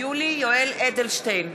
יולי יואל אדלשטיין,